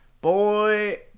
boy